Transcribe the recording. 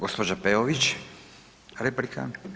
Gospođa Peović, replika.